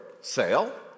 sale